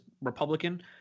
Republican